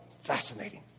Fascinating